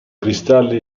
cristalli